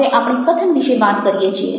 હવે આપણે કથન વિશે વાત કરીએ છીએ